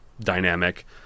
dynamic